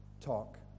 talk